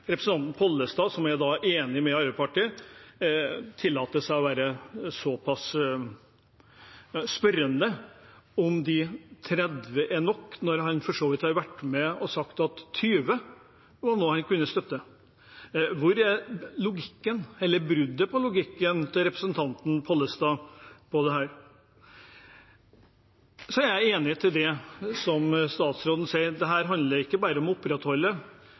Representanten Pollestad, som er enig med Arbeiderpartiet, tillater seg å være spørrende til om de 30 millionene er nok, når han for så vidt har vært med og sagt at 20 mill. kr er noe han kunne støtte. Hvor er logikken – eller bruddet på logikken – hos representanten Pollestad? Jeg er enig med statsråden når hun sier at dette ikke bare handler om å opprettholde